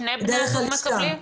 שני בני הזוג מקבלים?